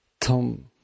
Tom